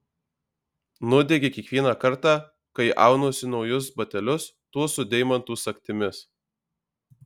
nudiegia kiekvieną kartą kai aunuosi naujus batelius tuos su deimantų sagtimis